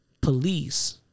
police